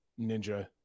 Ninja